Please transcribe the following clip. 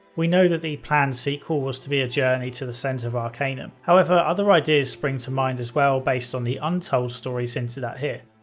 we know that the planned sequel was to be a journey to the center of arcanum, however, other ideas spring to mind as well based on the untold stories hinted at here.